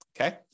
okay